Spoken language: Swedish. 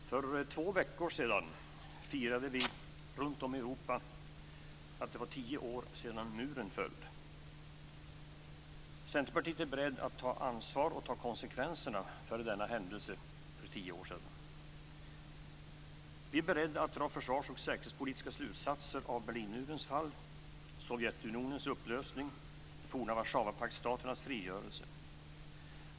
Herr talman! För två veckor sedan firade vi runt om i Europa att det var tio år sedan Berlinmuren föll. Centerpartiet är berett att ta ansvar och ta konsekvenserna av denna händelse för tio år sedan. Vi är beredda att dra försvars och säkerhetspolitiska slutsatser av Berlinmurens fall, Sovjetunionens upplösning och de forna Warszawapaktsstaternas frigörelse.